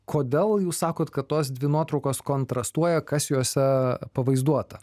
kodėl jūs sakot kad tos dvi nuotraukos kontrastuoja kas juose pavaizduota